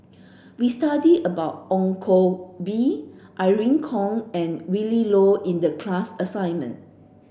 we studied about Ong Koh Bee Irene Khong and Willin Low in the class assignment